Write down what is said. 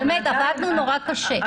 באמת עבדנו מאוד קשה.